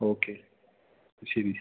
okay ശരി ശരി